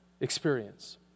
experience